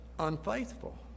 unfaithful